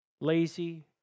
Lazy